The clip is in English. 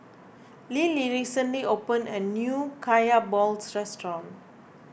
Lillie recently opened a new Kaya Balls restaurant